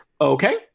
Okay